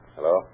Hello